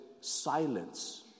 silence